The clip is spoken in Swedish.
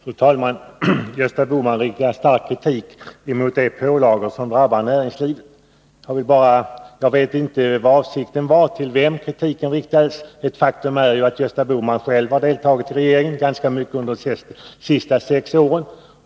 Fru talman! Gösta Bohman riktar stark kritik mot de pålagor som drabbar näringslivet. Jag känner inte till hans avsikt eller till vem kritiken riktades, men ett faktum är att Gösta Bohman själv i ganska stor utsträckning har ingått i regeringen de senaste sex åren.